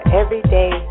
everyday